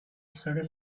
sudden